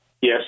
Yes